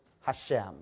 Hashem